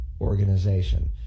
organization